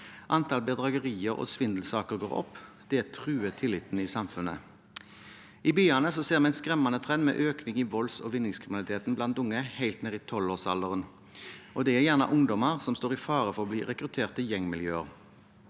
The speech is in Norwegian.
Antallet bedragerier og svindelsaker går opp. Det truer tilliten i samfunnet. I byene ser vi en skremmende trend med økning i volds- og vinningskriminaliteten blant unge helt ned i 12-årsalderen. Det er gjerne ungdommer som står i fare for å bli rekruttert til gjengmiljøer.